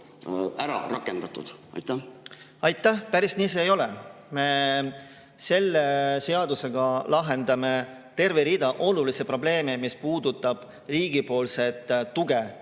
ära rakendatud. Aitäh! Päris nii see ei ole. Me selle seadusega lahendame terve rea olulisi probleeme, mis puudutavad riigipoolset tuge